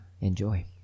enjoy